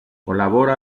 colabora